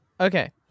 okay